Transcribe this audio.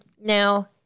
now